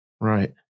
Right